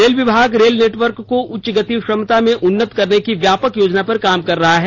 rail विभाग rail network को उच्च गति क्षमता में उन्नत करने की व्यापक योजना पर काम कर रहा है